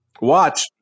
Watch